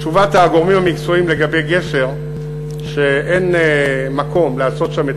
תשובת הגורמים המקצועיים לגבי גשר: אין מקום לעשות שם גשר.